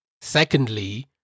Secondly